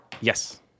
Yes